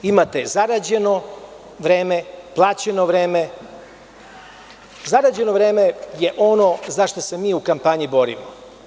Imate zarađeno vreme, plaćeno vreme, gde je zarađeno vreme za šta se mi u kampanji borimo.